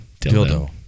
Dildo